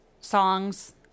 songs